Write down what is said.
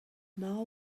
now